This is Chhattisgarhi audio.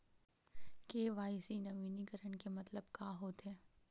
के.वाई.सी नवीनीकरण के मतलब का होथे?